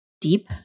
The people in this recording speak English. deep